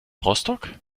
rostock